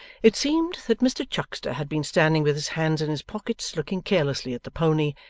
it seemed that mr chuckster had been standing with his hands in his pockets looking carelessly at the pony,